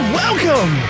welcome